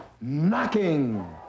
Knocking